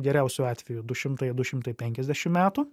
geriausiu atveju du šimtai du šimtai penkiasdešimt metų